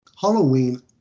Halloween